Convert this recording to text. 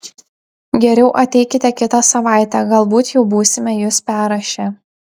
geriau ateikite kitą savaitę galbūt jau būsime jus perrašę